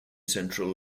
central